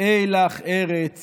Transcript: "אי לך ארץ